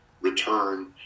return